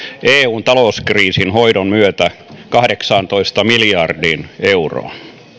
eun talouskriisin hoidon myötä kahdeksaantoista miljardiin euroon